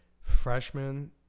freshman